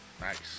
Nice